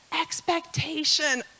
Expectation